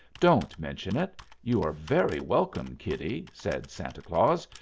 don't mention it you are very welcome, kiddie, said santa claus,